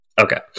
Okay